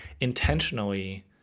intentionally